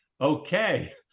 Okay